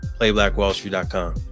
Playblackwallstreet.com